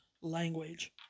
language